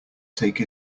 take